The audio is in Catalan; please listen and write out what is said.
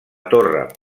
torre